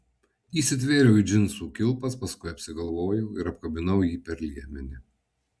įsitvėriau į džinsų kilpas paskui apsigalvojau ir apkabinau jį per liemenį